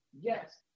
yes